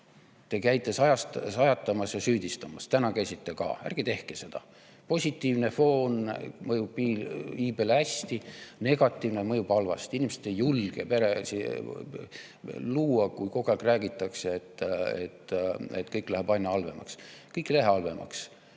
te käite sajatamas ja süüdistamas. Täna käisite ka. Ärge tehke seda! Positiivne foon mõjub iibele hästi, negatiivne mõjub halvasti. Inimesed ei julge peret luua, kui kogu aeg räägitakse, et kõik läheb aina halvemaks. Kõik ei lähe halvemaks.